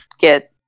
get